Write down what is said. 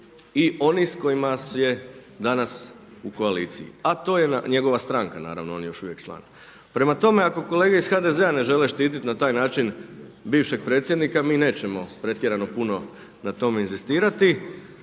i oni s kojima je danas u koaliciji, a to je njegova stranka naravno on je još uvijek član. Prema tome, ako kolege iz HDZ-a ne žele štititi na taj način bivšeg predsjednika, mi nećemo pretjerano puno na tome inzistirati.